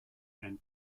and